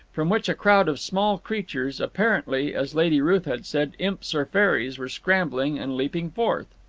from which a crowd of small creatures, apparently, as lady ruth had said, imps or fairies, were scrambling and leaping forth.